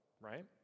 right